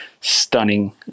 stunning